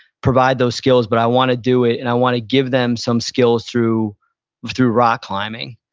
provide those skills. but i want to do it and i want to give them some skills through through rock climbing.